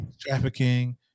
Trafficking